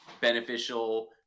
beneficial